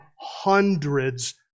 hundreds